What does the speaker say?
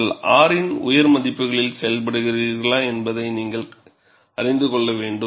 நீங்கள் R இன் உயர் மதிப்புகளில் செயல்படுகிறீர்களா என்பதை நீங்கள் அறிந்து கொள்ள வேண்டும்